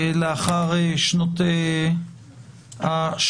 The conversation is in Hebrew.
לאחר שנות השואה,